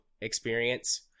experience